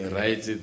right